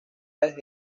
desde